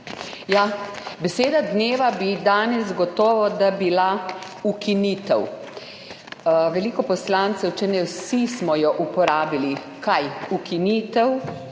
Beseda dneva bi danes gotovo da bila ukinitev. Veliko poslancev, če ne vsi, smo jo uporabili. Kaj? Ukinitev